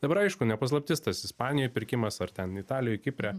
dabar aišku ne paslaptis tas ispanijoj pirkimas ar ten italijoj kipre